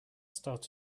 start